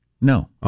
No